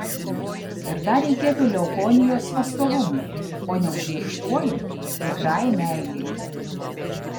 ir dar reikėtų leukonijos pastovumui o neužmirštuolių tikrai meilei